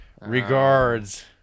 Regards